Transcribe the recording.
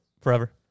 forever